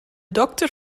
dokter